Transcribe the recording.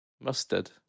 Mustard